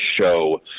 show